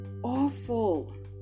awful